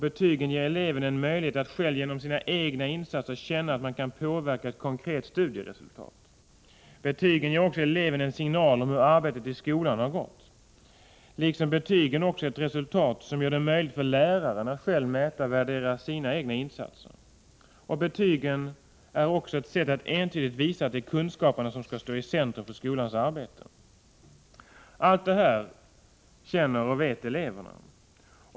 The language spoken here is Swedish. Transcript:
Betygen ger eleven en möjlighet att själv, genom sina egna insatser, känna att han eller hon kan påverka ett konkret studieresultat. Betygen ger också eleven en signal om hur arbetet i skolan har gått, liksom de är ett resultat som gör det möjligt för läraren att själv mäta och värdera sina egna insatser. Betygen är ett sätt att entydigt visa att det är kunskaperna som skall stå i centrum för skolans arbete. Allt detta känner och vet eleverna.